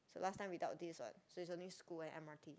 so last time without this what so is only school and m_r_t